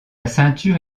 ceinture